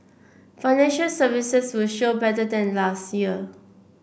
financial services will show better than last year